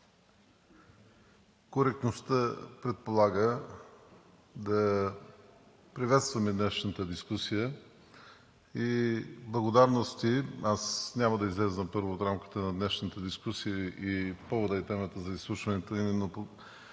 коректността предполага да приветстваме днешната дискусия и благодарности. Аз няма да изляза от рамките на днешната дискусия, поводът и темата за изслушването,